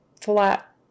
flat